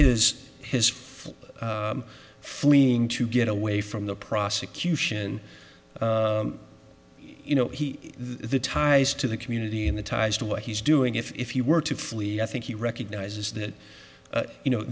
his his flock fleeing to get away from the prosecution you know he the ties to the community and the ties to what he's doing if you were to flee i think he recognizes that you know